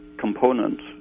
components